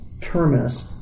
terminus